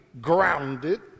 grounded